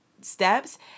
steps